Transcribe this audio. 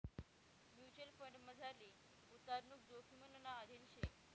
mutual फंडमझारली गुताडणूक जोखिमना अधीन शे